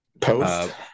post